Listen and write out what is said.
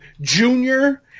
Junior